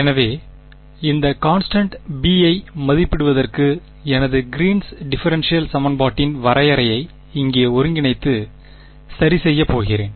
எனவே இந்த constant b ஐ மதிப்பிடுவதற்கு எனது கிரீன்ஸ் டிஃபரென்ஷியல் சமன்பாட்டின் வரையறையை இங்கே ஒருங்கிணைத்து சரி செய்யப் போகிறேன்